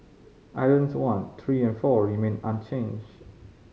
islands one three and four remained unchanged